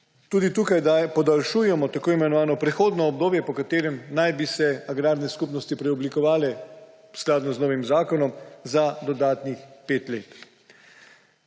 Tudi tukaj podaljšujemo tako imenovano prehodno obdobje, po katerem naj bi se agrarne skupnosti preoblikovale skladno z novim zakonom za dodatnih pet let.